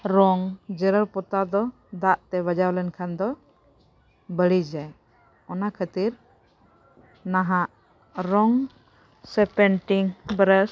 ᱨᱚᱝ ᱡᱮᱨᱮᱲ ᱯᱚᱛᱟᱣ ᱫᱚ ᱫᱟᱜ ᱛᱮ ᱵᱟᱡᱟᱣ ᱞᱮᱱ ᱠᱷᱟᱱ ᱫᱚ ᱵᱟᱹᱲᱤᱡᱟᱭ ᱚᱱᱟ ᱠᱷᱟᱹᱛᱤᱨ ᱱᱟᱦᱟᱜ ᱨᱚᱝ ᱥᱮ ᱯᱮᱱᱴᱤᱝ ᱵᱨᱟᱥ